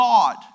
God